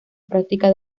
práctica